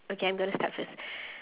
okay I'm gonna start first